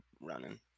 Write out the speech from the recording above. running